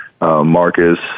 Marcus